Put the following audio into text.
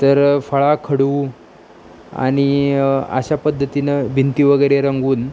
तर फळा खडू आणि अशा पद्धतीनं भिंती वगैरे रंगवून